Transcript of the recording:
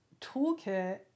toolkit